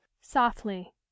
Softly